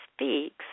speaks